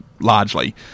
largely